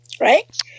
Right